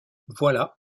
voilà